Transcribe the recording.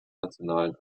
nationalen